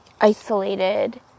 isolated